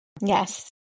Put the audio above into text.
Yes